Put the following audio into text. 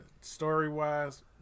Story-wise